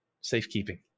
Safekeeping